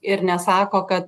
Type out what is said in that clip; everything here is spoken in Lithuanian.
ir nesako kad